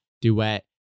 duet